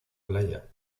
playa